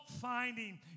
finding